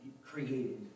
created